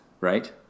right